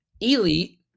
elite